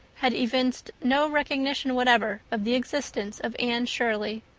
had evinced no recognition whatever of the existence of anne shirley.